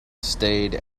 stayed